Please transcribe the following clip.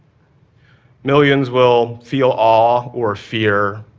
millions will feel awe or fear,